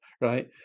right